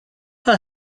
her